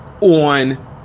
on